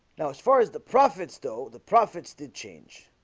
now as far as the prophets though the prophets did change.